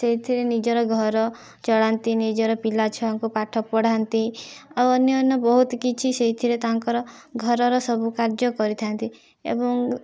ସେଇଥିରେ ନିଜର ଘର ଚଳାନ୍ତି ନିଜର ପିଲାଛୁଆଙ୍କୁ ପାଠ ପଢ଼ାନ୍ତି ଆଉ ଅନ୍ୟାନ୍ୟ ବହୁତ୍ କିଛି ସେଇଥିରେ ତାଙ୍କର ଘରର ସବୁ କାର୍ଯ୍ୟ କରିଥାଆନ୍ତି ଏବଂ